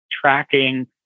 tracking